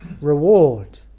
reward